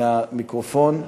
מהמיקרופון.